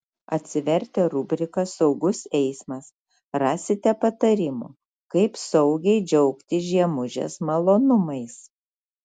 atsivertę rubriką saugus eismas rasite patarimų kaip saugiai džiaugtis žiemužės malonumais